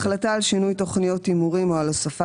וההחלטה על שינוי תוכניות הימורים או על הוספת תוכניות.